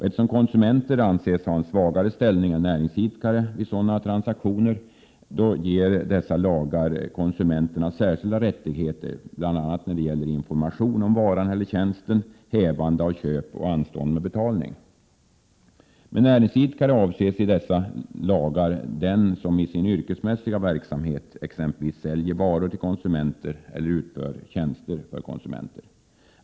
Eftersom konsumenter anses ha en svagare ställning än näringsidkare vid sådana transaktioner, ger dessa lagar konsumenterna särskilda rättigheter, bl.a. när det gäller information om en vara eller en tjänst, hävande av köp och anstånd med betalning. Med näringsidkare avses i dessa lagar den som i sin yrkesmässiga verksamhet exempelvis säljer varor till konsumenter eller utför tjänster åt konsumenter.